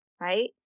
right